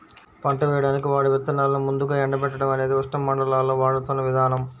పంట వేయడానికి వాడే విత్తనాలను ముందుగా ఎండబెట్టడం అనేది ఉష్ణమండలాల్లో వాడుతున్న విధానం